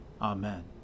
Amen